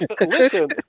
Listen